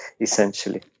essentially